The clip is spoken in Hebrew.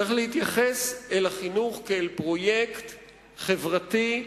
צריך להתייחס לחינוך כאל פרויקט חברתי,